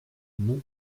non